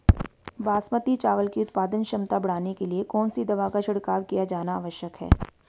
बासमती चावल की उत्पादन क्षमता बढ़ाने के लिए कौन सी दवा का छिड़काव किया जाना आवश्यक है?